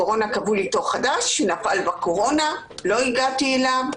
קבעו לי תור שהיה בקורונה אז לא הגעתי אליו.